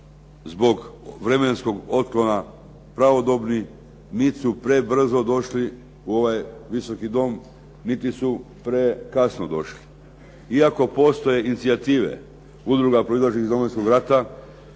zbog vremenskog otklona pravodobni, nit su prebrzo došli u ovaj Visoki dom niti su prekasno došli. Iako postoje inicijative udruga proizašlih iz Domovinskog rata,